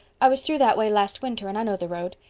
i was through that way last winter and i know the road.